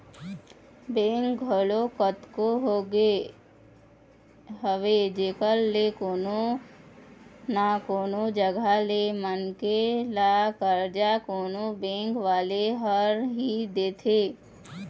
bank घलोक कतको होगे हवय जेखर ले कोनो न कोनो जघा ले मनखे ल करजा कोनो बेंक वाले ह दे ही देथे